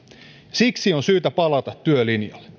siksi on syytä palata työlinjalle